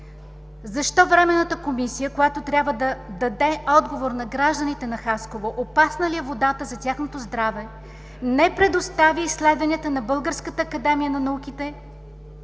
защо Временната комисия, която трябва да даде отговор на гражданите на Хасково опасна ли е водата за тяхното здраве, не предостави изследванията на Българската академия на науките?